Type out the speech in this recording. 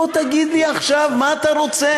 בוא תגיד לי עכשיו מה אתה רוצה.